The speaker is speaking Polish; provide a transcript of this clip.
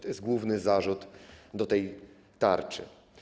To jest główny zarzut co do tej tarczy.